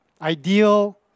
ideal